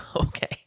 Okay